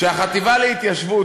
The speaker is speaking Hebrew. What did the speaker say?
החטיבה להתיישבות,